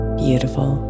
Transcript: beautiful